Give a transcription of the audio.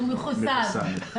הוא מחוסל.